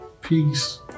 Peace